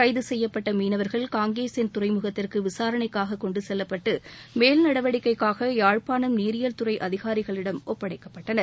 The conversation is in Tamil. கைது செய்யப்பட்ட மீனவர்கள் காங்கேசன் துறைமுகத்திற்கு விசாரணைக்காக கொண்டு செல்லப்பட்டு மேல் நடவடிக்கைக்காக யாழ்ப்பாணம் நீரியல் துறை அதிகாரிகளிடம் ஒப்படைக்கப்பட்டனர்